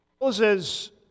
Moses